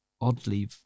oddly